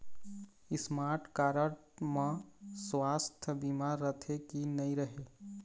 Smart card म सुवास्थ बीमा रथे की नई रहे?